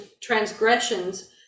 transgressions